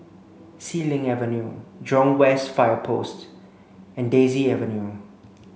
Xilin Avenue Jurong West Fire Post and Daisy Avenue